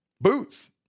boots